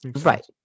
Right